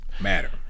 Matter